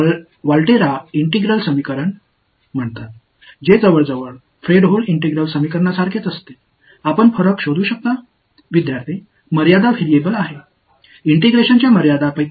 இது ஒரு வோல்டெர்ரா ஒருங்கிணைந்த சமன்பாடு என்று அழைக்கப்படுகிறது இது ஃபிரெட்ஹோம் ஒருங்கிணைந்த சமன்பாட்டிற்கு கிட்டத்தட்ட ஒத்ததாக இருக்கிறது வித்தியாசத்தை நீங்கள் கண்டுபிடிக்க முடியுமா